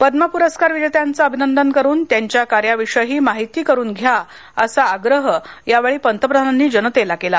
पद्म पुरस्कार विजेत्यांचं अभिनंदन करून त्यांच्या कार्याविषयी माहिती करून घ्या असा आग्रह यावेळी पंतप्रधानांनी जनतेला केला